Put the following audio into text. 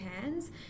hands